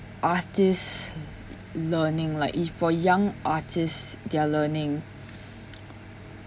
artists learning like if for young artists they are learning